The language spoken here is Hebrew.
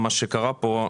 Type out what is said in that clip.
מה שקרה פה,